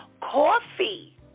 Coffee